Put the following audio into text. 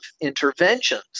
interventions